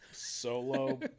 solo